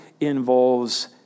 involves